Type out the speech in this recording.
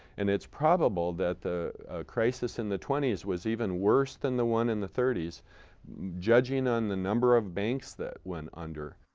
and it's probable that a crisis in the twenty s was even worse than the one in the thirty s judging ah on the number of banks that went under.